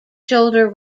shoulder